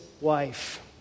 wife